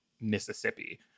Mississippi